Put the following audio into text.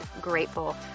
grateful